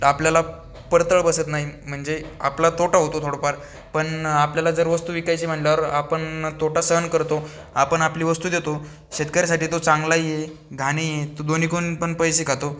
तर आपल्याला पडतळ बसत नाही म्हणजे आपला तोटा होतो थोडाफार पण आपल्याला जर वस्तू विकायची म्हणल्यावर आपण तोटा सहन करतो आपण आपली वस्तू देतो शेतकऱ्यासाठी तो चांगलाही आहे घाणही आहे तो दोनीकून पण पैसे खातो